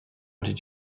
did